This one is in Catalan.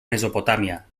mesopotàmia